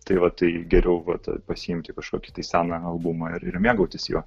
tai va tai geriau vat pasiimti kažkokį tai seną albumą ir mėgautis juo